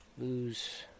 lose